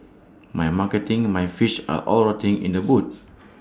my marketing my fish are all rotting in the boot